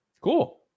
Cool